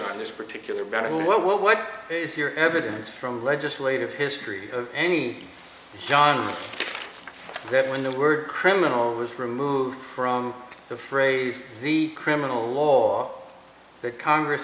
on this particular matter what is your evidence from legislative history of any john that when the word criminal was removed from the phrase the criminal law that congress